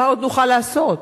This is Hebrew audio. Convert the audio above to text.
מה עוד נוכל לעשות?